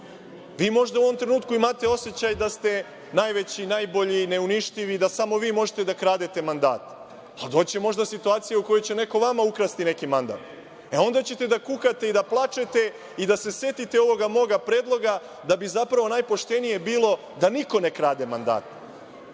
možda u ovom trenutku imate osećaj da ste najveći, najbolji, neuništivi, da samo vi možete da kradete mandate. Ali, doći će možda situacija u kojoj će neko vama ukrasti neki mandat. E, onda ćete da kukate i da plačete i da se setite ovoga moga predloga, da bi zapravo najpoštenije bilo da niko ne krade mandate.